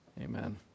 Amen